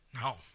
No